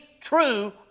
true